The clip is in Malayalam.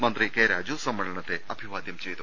മന്ത്രി കെ രാജു സമ്മേള നത്തെ അഭിവാദ്യം ചെയ്തു